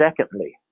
Secondly